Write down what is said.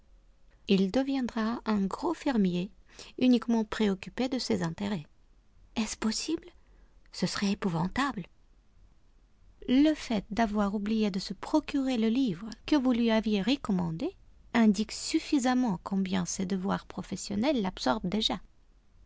il deviendra un gros fermier uniquement préoccupé de ses intérêts est-ce possible ce serait épouvantable le fait d'avoir oublié de se procurer le livre que vous lui aviez recommandé indique suffisamment combien ses devoirs professionnels l'absorbent déjà